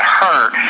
hurt